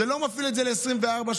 זה לא מפעיל את זה ל-24 שעות,